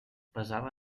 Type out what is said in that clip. pesava